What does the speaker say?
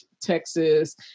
Texas